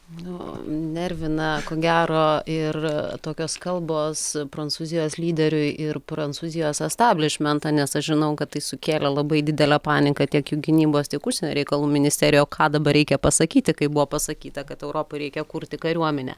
nu nervina ko gero ir tokios kalbos prancūzijos lyderiui ir prancūzijos establišmentą nes aš žinau kad tai sukėlė labai didelę paniką tiek jų gynybos tiek užsienio reikalų ministerijoj o ką dabar reikia pasakyti kai buvo pasakyta kad europai reikia kurti kariuomenę